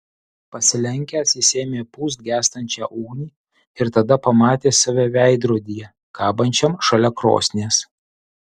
pasilenkęs jis ėmė pūst gęstančią ugnį ir tada pamatė save veidrodyje kabančiam šalia krosnies